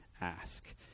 ask